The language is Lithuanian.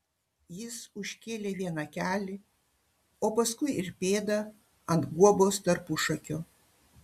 jis užkėlė vieną kelį o paskui ir pėdą ant guobos tarpušakio